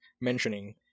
mentioning